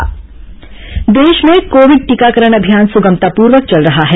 corona टीकाकरण देश में कोविड टीकाकरण अभियान सुगमतापूर्वक चल रहा है